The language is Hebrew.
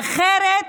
אחרת